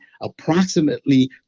Approximately